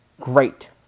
great